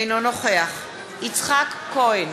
אינו נוכח יצחק כהן,